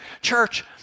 Church